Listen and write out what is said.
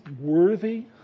worthy